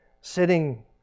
sitting